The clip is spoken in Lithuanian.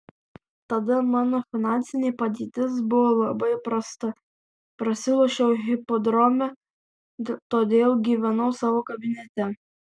tada mano finansinė padėtis buvo labai prasta prasilošiau hipodrome todėl gyvenau savo kabinete